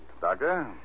Doctor